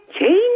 change